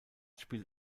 spielt